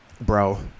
bro